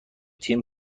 تیم